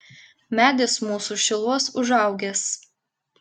medis mūsų šiluos užaugęs